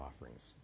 offerings